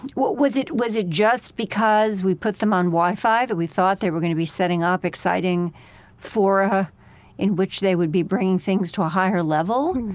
was it was it just because we put them on wifi that we thought they were going to be setting up exciting fora in which they would be bringing things to a higher level?